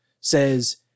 says